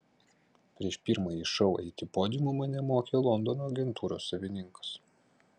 prieš pirmąjį šou eiti podiumu mane mokė londono agentūros savininkas